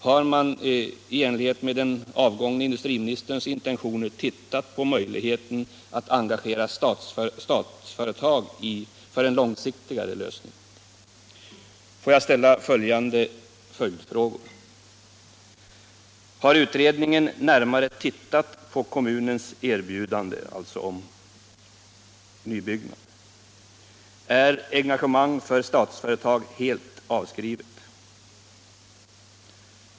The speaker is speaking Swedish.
Har man i enlighet med den avgångne industriministerns intentioner tittat på möjligheten att engagera Statsföretag för en långsiktigare lösning? Låt mig ställa några följdfrågor: Har utredningen närmare tittat på kommunens erbjudande om nybyggnad? Är engagemang från Statsföretag helt avskrivet?